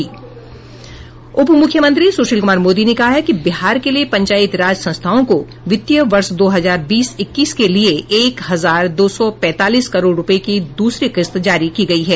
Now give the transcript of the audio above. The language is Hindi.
उप मुख्यमंत्री सुशील कुमार मोदी ने कहा है कि बिहार के लिए पंचायती राज संस्थाओं को वित्तीय वर्ष दो हजार बीस इक्कीस के लिए एक हजार दो सौ पैंतालीस करोड़ रुपये की दूसरी किस्त जारी की गयी है